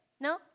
No